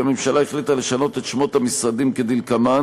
הממשלה החליטה לשנות את שמות המשרדים כדלקמן: